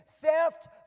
theft